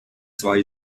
zwei